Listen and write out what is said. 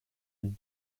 and